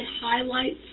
highlights